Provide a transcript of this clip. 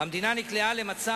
הממשלה נגד.